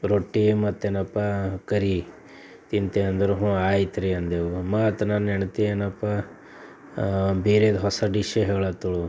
ರೊಟ್ಟಿ ಮತ್ತೆನಪ್ಪ ಕರಿ ತಿಂತೆ ಅಂದರು ಹ್ಞೂ ಆಯ್ತುರಿ ಅಂದೆವು ಮತ್ತೆ ನನ್ನ ಹೆಂಡತಿ ಏನಪ್ಪ ಬೇರೆದು ಹೊಸ ಡಿಶ್ಶೇ ಹೇಳತ್ತಳು